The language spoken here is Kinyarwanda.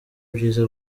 byiza